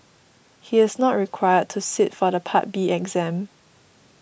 he is not required to sit for the Part B exam